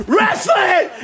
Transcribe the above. Wrestling